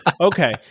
Okay